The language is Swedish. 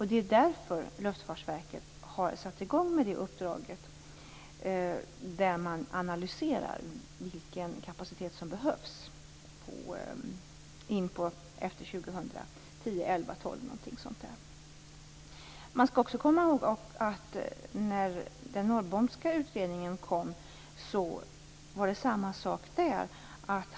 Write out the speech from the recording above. Det är därför Luftfartsverket har satt i gång med uppdraget att analysera vilken kapacitet som behövs efter år 2000 - 2010, 2011, 2012 eller någonting sådant. Man skall också komma ihåg att det var samma sak när Norrboms utredning kom.